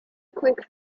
quick